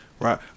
Right